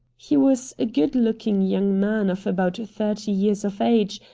he was a good-looking young man of about thirty years of age,